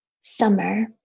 summer